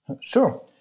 Sure